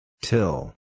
Till